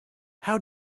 how